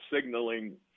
signaling